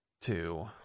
two